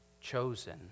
chosen